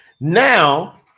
now